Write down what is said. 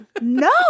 no